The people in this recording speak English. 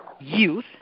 youth